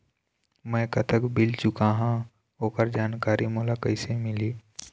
मैं कतक बिल चुकाहां ओकर जानकारी मोला कइसे मिलही?